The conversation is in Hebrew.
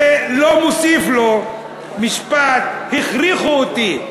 זה לא מוסיף לו, המשפט: "הכריחו אותי".